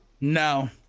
No